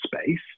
space